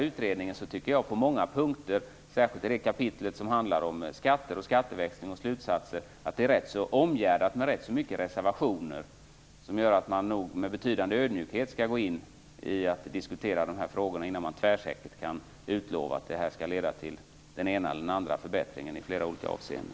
Utredningen är, särskilt i kapitlet om skatter, skatteväxling och slutsatser, omgärdad med rätt så mycket reservationer, vilket gör att man nog skall diskutera dessa frågor med en betydande ödmjukhet innan man tvärsäkert kan utlova att det här skall leda till den eller den andra förbättringen i flera olika avseenden.